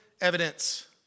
evidence